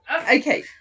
Okay